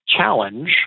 challenge